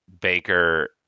Baker